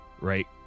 right